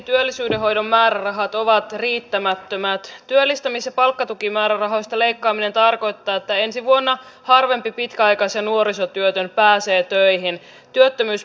aivan kuten ministeri rehula muistaakseni aika selkeästi teki selväksi niin kuntien valtionosuuksia ei leikata päinvastoin niitä lisätään